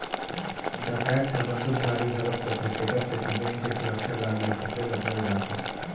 डकैत ह बंदूकधारी घलोक होथे तेखर सेती बेंक के सुरक्छा गार्ड ल झूके ल पर जाथे